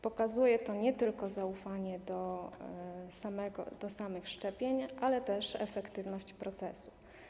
Pokazuje to nie tylko zaufanie do samych szczepień, ale też efektywność procesu.